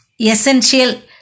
essential